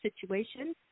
situation